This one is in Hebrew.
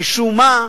משום מה,